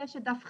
יש את דף חדש,